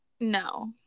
No